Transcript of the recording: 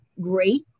great